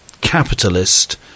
capitalist